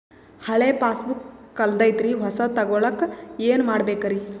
ಹಳೆ ಪಾಸ್ಬುಕ್ ಕಲ್ದೈತ್ರಿ ಹೊಸದ ತಗೊಳಕ್ ಏನ್ ಮಾಡ್ಬೇಕರಿ?